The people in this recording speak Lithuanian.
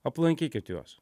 aplankykit juos